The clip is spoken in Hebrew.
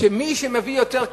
מי שמביא יותר כסף,